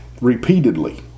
repeatedly